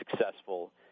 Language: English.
successful